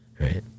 right